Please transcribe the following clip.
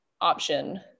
option